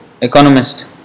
Economist